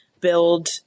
build